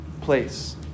place